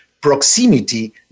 proximity